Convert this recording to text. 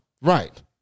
Right